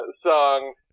song